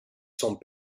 sont